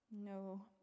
No